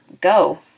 go